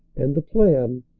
and the plan,